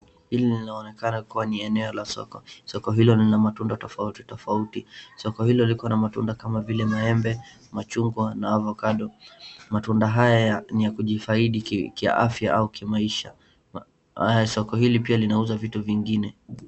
Hili linaonekana kuwa ni eneo la soko. Soko hilo lina matunda tofauti tofauti. Soko hilo liko na matunda kama vile maembe, machungwa na avocado . Matunda haya ni ya kujifaidi kiafya au kimaisha. Soko hili pia linauza vitu vingine.